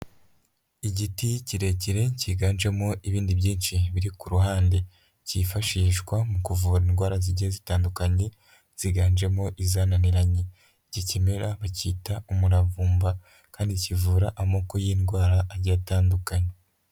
Igiti kirekire kiganjemo ibindi byinshi biri ku ruhande, cyifashishwa mu kuvura indwara zigiye zitandukanye, ziganjemo izananiranye. Iki kimera bacyita umuravumba, kandi kivura amoko y'indwara agiye atandukanye.